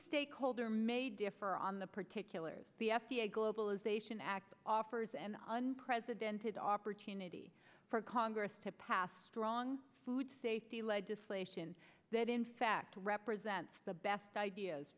stakeholder may differ on the particulars the f d a globalization act offers an unprecedented opportunity for congress to pass strong food safety legislation that in fact represents the best ideas